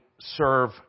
serve